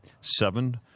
Seven